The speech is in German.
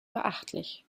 beachtlich